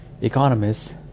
economists